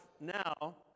now